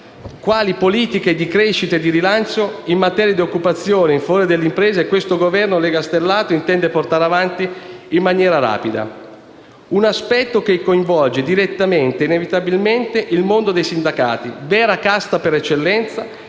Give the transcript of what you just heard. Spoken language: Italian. quali politiche di crescita e di rilancio in materia di occupazione in favore delle imprese questo Governo legastellato intende portare avanti in maniera rapida. Un aspetto che coinvolge direttamente e inevitabilmente il mondo dei sindacati, vera casta per eccellenza,